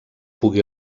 pugui